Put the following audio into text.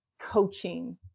Coaching